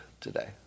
today